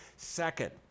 Second